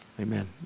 amen